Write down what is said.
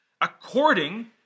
According